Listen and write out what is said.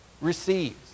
receives